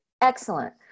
Excellent